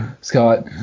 Scott